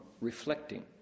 reflecting